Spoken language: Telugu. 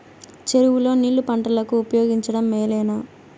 చెరువు లో నీళ్లు పంటలకు ఉపయోగించడం మేలేనా?